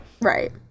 Right